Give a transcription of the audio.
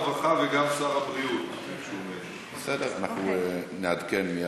שר הבריאות, אז אנחנו נעדכן אותך.